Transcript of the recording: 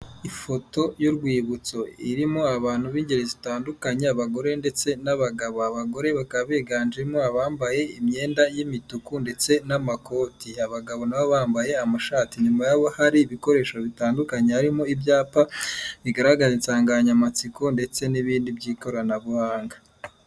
Ifoto y'urwibutso irimo abantu b'ingeri zitandukanye abagore ndetse n'abagabo, abagore bakaba biganjemo abambaye imyenda y'imituku ndetse n'amakoti, abagabo nabo bambaye amashati, inyuma yabo hari ibikoresho bitandukanye harimo ibyapa bigaragaza insanganyamatsiko ndetse n'ibindi by'ikoranabuhanga.